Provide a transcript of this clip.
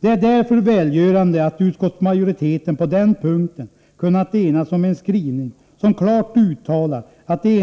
Det är därför välgörande att utskottsmajoriteten på den punkten kunnat enas om en skrivning som klart uttalar att det